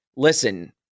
Listen